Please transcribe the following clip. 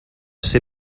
ser